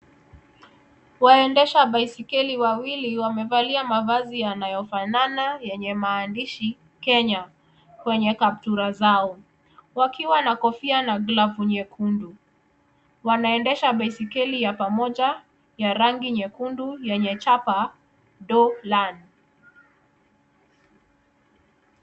Waendesha baiskeli wawili wamevalia mavazi yanayofanana yenye maandishi Kenya kwenye kaptula zao. Wakiwa na kofia na glavu nyekundu. Wanaendesha baiskeli ya moja ya rangi nyekundu lenye chapa dolan.